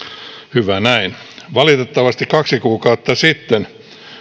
hyvä näin valitettavasti kaksi kuukautta sitten